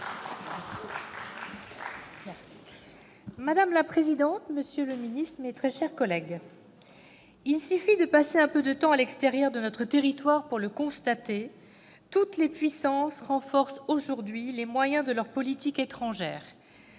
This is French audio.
Madame la présidente, monsieur le secrétaire d'État, mes très chers collègues, « il suffit de passer un peu de temps à l'extérieur de notre territoire pour le constater : toutes les puissances renforcent aujourd'hui les moyens de leur politique étrangère.